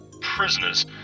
prisoners